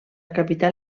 capital